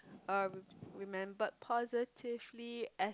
uh remembered positively as